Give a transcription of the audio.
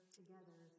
together